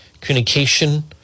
communication